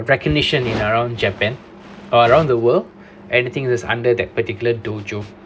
recognition in around japan or around the world anything that's under that particular dojo